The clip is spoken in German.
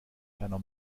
einer